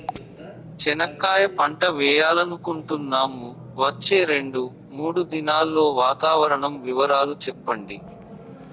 చెనక్కాయ పంట వేయాలనుకుంటున్నాము, వచ్చే రెండు, మూడు దినాల్లో వాతావరణం వివరాలు చెప్పండి?